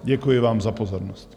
Děkuji vám za pozornost.